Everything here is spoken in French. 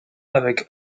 avec